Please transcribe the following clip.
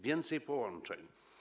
Więcej połączeń.